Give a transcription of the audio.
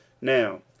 Now